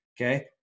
Okay